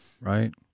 Right